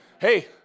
Hey